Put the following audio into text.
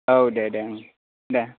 औ दे दे दे ओं दे